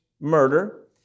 murder